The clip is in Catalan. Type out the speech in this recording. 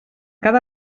cada